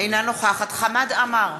אינה נוכחת חמד עמאר,